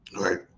Right